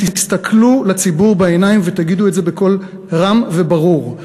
תסתכלו לציבור בעיניים ותגידו את זה בקול רם וברור.